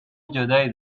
جدایی